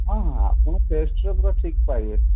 ହଁ ଆପଣ ଟେଷ୍ଟରେ ପୁରା ଠିକ୍ ପାଇବେ